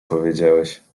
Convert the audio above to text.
powiedziałeś